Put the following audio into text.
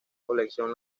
colección